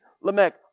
Lamech